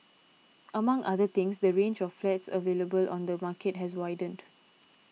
among other things the range of flats available on the market has widened